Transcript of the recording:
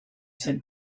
sent